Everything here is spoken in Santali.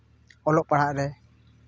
ᱚᱞᱚᱜ ᱯᱟᱲᱦᱟᱜ ᱨᱮ